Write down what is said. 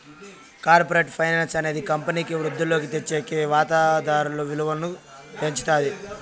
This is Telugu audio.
కార్పరేట్ ఫైనాన్స్ అనేది కంపెనీకి వృద్ధిలోకి తెచ్చేకి వాతాదారుల విలువను పెంచుతాది